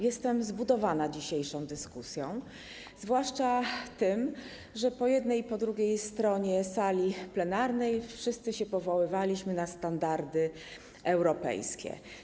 Jestem zbudowana dzisiejszą dyskusją, zwłaszcza tym, że po jednej i po drugiej stronie sali plenarnej wszyscy się powoływaliśmy na standardy europejskie.